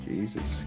Jesus